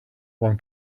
one